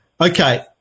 okay